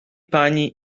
pani